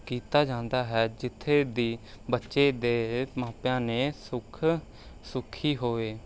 ਕੀਤਾ ਜਾਂਦਾ ਹੈ ਜਿੱਥੇ ਦੀ ਬੱਚੇ ਦੇ ਮਾਪਿਆਂ ਨੇ ਸੁੱਖ ਸੁੱਖੀ ਹੋਵੇ